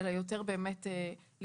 תנו לי לעבוד.